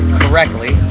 correctly